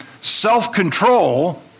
self-control